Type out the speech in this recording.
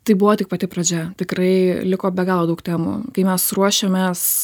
tai buvo tik pati pradžia tikrai liko be galo daug temų kai mes ruošėmės